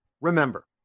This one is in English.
remember